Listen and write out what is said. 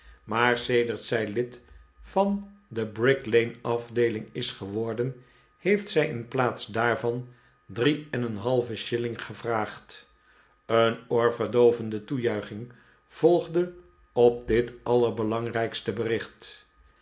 maar sedert zij lid van de bricklaneafdeeling is geworden heeft zij in plaats daarvan drie en een halven shilling gevraagd een oorverdoovende toejuiching volgde op dit allerbelangrijkste bericht